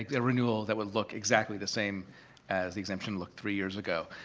a renewal that would look exactly the same as the exemption looked three years ago.